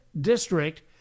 district